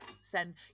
send